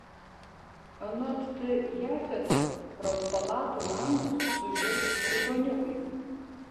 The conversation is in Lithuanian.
anot t jafeto pro palatų langus sužiurs ligoniukai